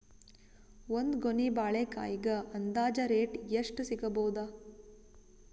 ಒಂದ್ ಗೊನಿ ಬಾಳೆಕಾಯಿಗ ಅಂದಾಜ ರೇಟ್ ಎಷ್ಟು ಸಿಗಬೋದ?